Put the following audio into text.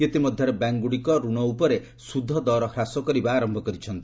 ଇତିମଧ୍ୟରେ ବ୍ୟାଙ୍କଗୁଡିକ ଋଣ ଉପରେ ସୁଧ ଦର ହ୍ରାସ କରିବା ଆରମ୍ଭ କରିଛି